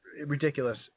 ridiculous